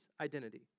identity